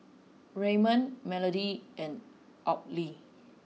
Raymond Melodie and Audley